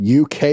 UK